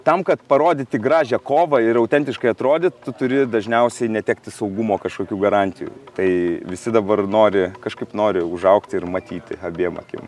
tam kad parodyti gražią kovą ir autentiškai atrodyt turi dažniausiai netekti saugumo kažkokių garantijų tai visi dabar nori kažkaip nori užaugti ir matyti abiem akim